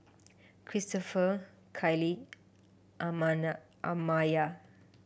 Cristopher Kyleigh Amaya